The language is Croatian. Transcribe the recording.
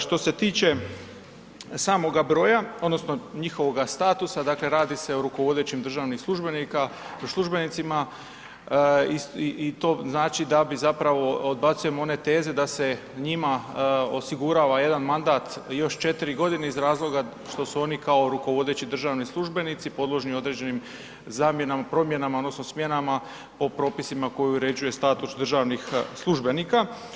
Što se tiče samoga broja odnosno njihovoga statusa, dakle radi se rukovodećim državnim službenicima i to znači da zapravo odbacujemo one teze da se njima osigurava jedan mandat još četiri godine iz razloga što su oni kao rukovodeći državni službenici podložni određenim zamjenama, promjenama odnosno smjenama po propisima koje uređuje status državnih službenika.